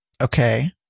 Okay